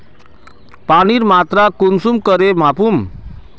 पानीर मात्रा कुंसम करे मापुम?